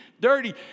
dirty